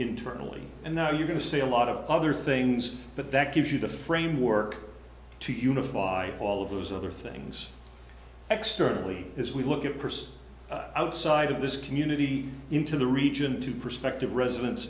internally and now you're going to see a lot of other things but that gives you the framework to unify all of those other things externally as we look at purse outside of this community into the region into perspective residents